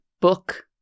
book